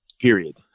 period